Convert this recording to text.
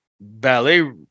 ballet